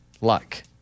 luck